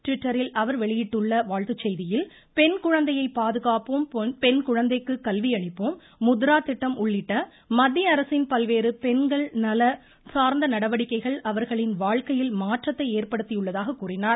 ட்விட்டரில் அவர் வெளியிட்டுள்ள வாழ்த்து செய்தியில் பெண் குழந்தையை பாதுகாப்போம் பெண் குழந்தைக்கு கல்வியளிப்போம் முத்ரா திட்டம் உள்ளிட்ட மத்திய அரசின் பல்வேறு பெண்கள் நலன் சாா்ந்த நடவடிக்கைகள் அவா்களின் வாழ்க்கையில் மாற்றத்தை ஏற்படுத்தியுள்ளதாக கூறினார்